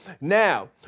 Now